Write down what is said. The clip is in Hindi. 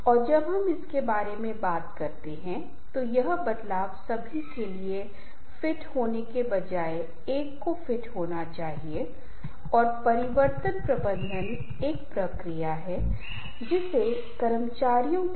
यह संबंध हमारी मशीन जैसे हैं उदाहरण के लिए हम कुछ नए गैजेट खरीदते हैं जैसे कंप्यूटर या मोबाइल फोन हमे समय समय पर इसके रखरखाव की आवश्यकता होती है